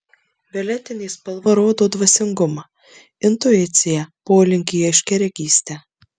violetinė spalva rodo dvasingumą intuiciją polinkį į aiškiaregystę